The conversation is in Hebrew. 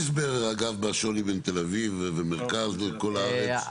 ההסבר בשוני בין תל אביב ומרכז לכל הארץ?